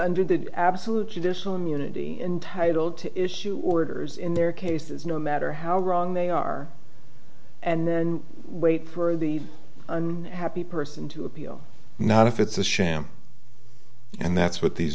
under the absolute judicial immunity entitled to issue orders in their cases no matter how wrong they are and then wait for the unhappy person to appeal not if it's a sham and that's what these